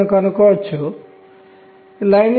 మరియు సంఖ్యకు ఏమి జరుగుతోంది